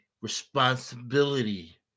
responsibility